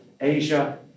Asia